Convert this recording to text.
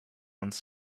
uns